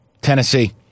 Tennessee